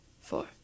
four